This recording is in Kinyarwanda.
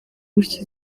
gutyo